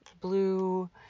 blue